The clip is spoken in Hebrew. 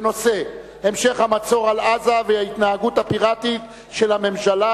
בנושא: המשך המצור על עזה וההתנהגות הפיראטית של הממשלה,